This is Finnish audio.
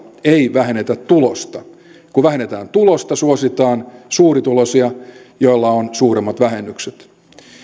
ei vähennetä tulosta kun vähennetään tulosta suositaan suurituloisia joilla on suuremmat vähennykset